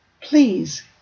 please